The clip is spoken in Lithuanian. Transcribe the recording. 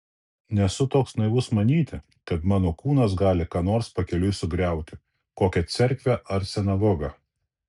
nesu toks naivus manyti kad mano kūnas gali ką nors pakeliui sugriauti kokią cerkvę ar sinagogą